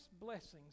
blessings